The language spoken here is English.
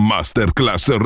Masterclass